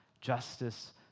justice